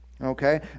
Okay